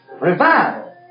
Revival